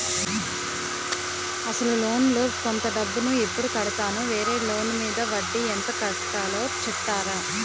అసలు లోన్ లో కొంత డబ్బు ను ఎప్పుడు కడతాను? వేరే లోన్ మీద వడ్డీ ఎంత కట్తలో చెప్తారా?